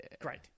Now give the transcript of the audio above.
Great